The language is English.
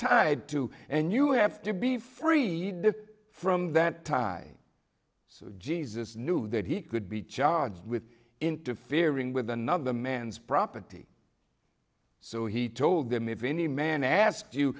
tied to and you have to be freed from that time so jesus knew that he could be charged with interfering with another man's property so he told them if any man ask you